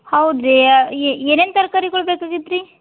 ಹೌದು ರೀ ಏನೇನು ತರ್ಕಾರಿಗಳು ಬೇಕಾಗಿತ್ತು ರೀ